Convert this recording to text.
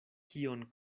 kion